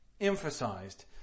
emphasized